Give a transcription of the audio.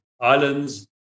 islands